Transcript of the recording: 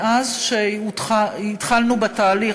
מאז שהתחלנו בתהליך,